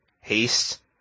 haste